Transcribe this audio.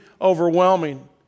overwhelming